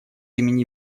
имени